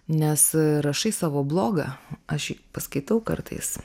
nes rašai savo blogą aš paskaitau kartais